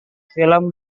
film